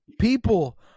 people